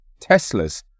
Teslas